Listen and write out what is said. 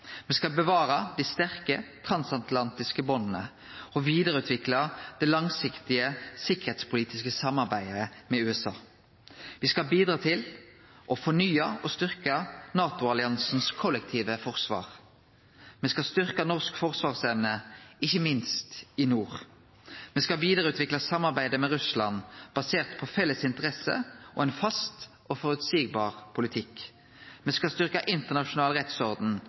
Me skal bevare dei sterke transatlantiske banda og vidareutvikle det langsiktige sikkerheitspolitiske samarbeidet med USA. Me skal bidra til å fornye og styrkje NATO-alliansen sitt kollektive forsvar. Me skal styrkje norsk forsvarsevne – ikkje minst i nord. Me skal vidareutvikle samarbeidet med Russland basert på felles interesser og ein fast og føreseieleg politikk. Me skal styrkje internasjonal rettsorden